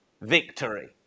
victory